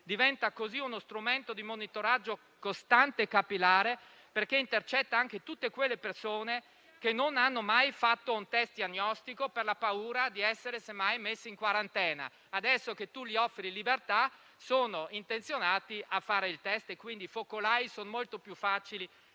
diventa così uno strumento di monitoraggio costante e capillare, perché intercetta anche tutte quelle persone che non hanno mai fatto un test diagnostico per la paura di essere messe semmai in quarantena; adesso che gli si offre libertà, sono intenzionate a fare i test, per cui i focolai sono molto più facili